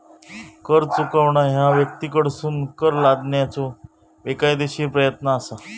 कर चुकवणा ह्या व्यक्तींकडसून कर लादण्याचो बेकायदेशीर प्रयत्न असा